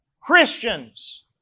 Christians